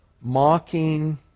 mocking